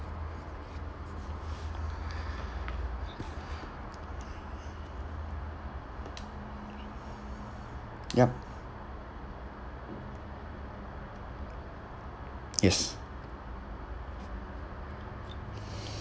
yup yes